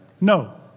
no